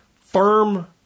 firm